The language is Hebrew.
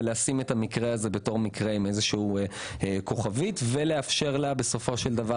לשים את המקרה הזה עם כוכבית ולאפשר לה בסופו של דבר